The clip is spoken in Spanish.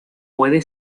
puede